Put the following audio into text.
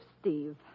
Steve